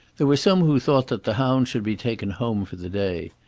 there were some who thought that the hounds should be taken home for the day.